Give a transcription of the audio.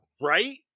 Right